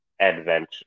adventure